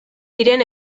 diren